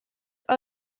are